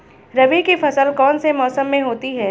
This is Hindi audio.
रबी की फसल कौन से मौसम में होती है?